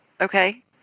Okay